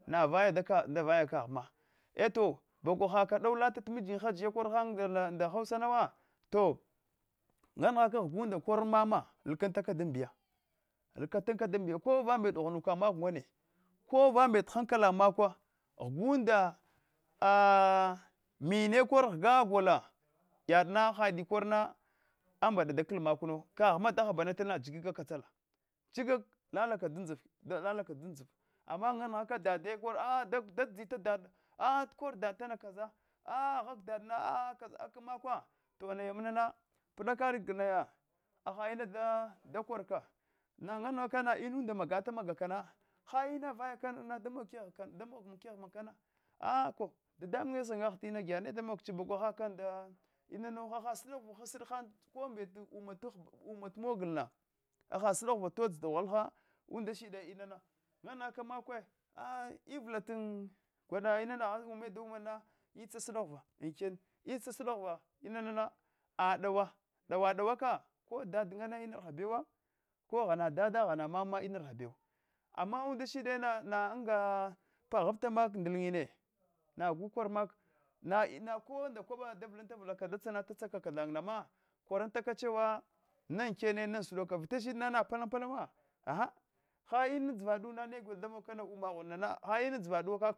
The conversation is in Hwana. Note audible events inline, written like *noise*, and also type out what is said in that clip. Navaya navayadakagh vavaya kaghma eto bagwa haka dou lata mintin hadiya korhan nda hausanawa *unintelligible* dama ghganda kor mama liganutaka domidiya kovanbet daughwanku makwa ngome ko vambet harkala makwa ghganda ah mine kor ghga gola yadina hadi korna ambada dakh makunu kaghma da ghbamatal jig katsala jig lataka dandziva ama nga nghaka dade kor a dadzata dad a tukor dad tana kaza a agha kak dadna aa ka makwa tonaya mna pdaka rganaya hahda ina dakorka nan nghakana inunda da magata magakana cha inavaya kanawuwe damog keslyin a ko dadamunye sangagh tina giya nedamogchi bagwa haka nda inawu hahdh sudova ko sdi han kombet uma tagh maglna hahd sudov dodz daghwacha unda shida inana na nshaka makuse a ivla tn gwada inana agha ume da unina itsa sudova anken itsa sudova inana a dawa dawaka ko dad ngnne inarha bewa ko ghana dadda ghana mamma harha bew ama unda shide nana anga paghafta mak ndilnyine nagh kor mak inanna ko nda kwabaka da vlantavlaka da tsamatha tsaka kathan nana kusarantachewa na ankena na ama sudova vita shidna napalampalama gha ha inan dzka du nega domogla kana uma ghuna nana hainan dzwa du kak